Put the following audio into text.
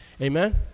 Amen